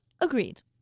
Agreed